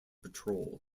patrol